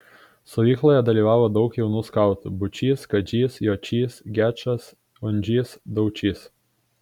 stovykloje dalyvavo daug jaunų skautų būčys kadžys jočys gečas undžys daučys